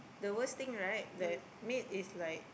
the worst thing right that maid is like